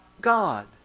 God